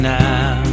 now